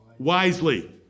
Wisely